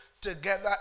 together